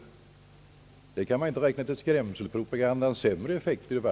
Man kan i varje fall inte räkna det till skrämselpropagandans sämre effekter.